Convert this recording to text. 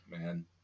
man